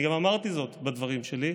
אני גם אמרתי זאת בדברים שלי.